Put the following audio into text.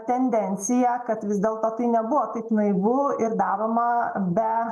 tendenciją kad vis dėlto tai nebuvo taip naivu ir daroma be